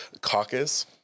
caucus